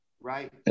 right